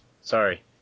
sorry